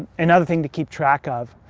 another thing to keep track of.